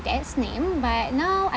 dad's name but now I